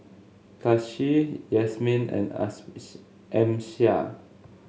Kasih Yasmin and Amsyar